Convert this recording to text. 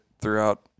throughout